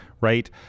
right